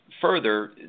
Further